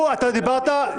אתה דיברת?